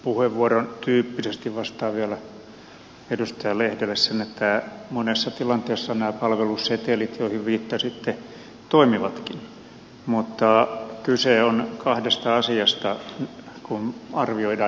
vastauspuheenvuoron tyyppisesti vastaan vielä edustaja lehdelle että monessa tilanteessa nämä palvelusetelit joihin viittasitte toimivatkin mutta kyse on kahdesta asiasta kun arvioidaan niitten toimivuutta